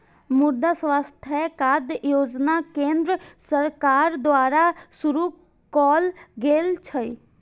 मुद्रा स्वास्थ्य कार्ड योजना केंद्र सरकार द्वारा शुरू कैल गेल छै